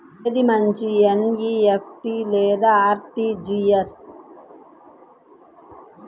ఏది మంచి ఎన్.ఈ.ఎఫ్.టీ లేదా అర్.టీ.జీ.ఎస్?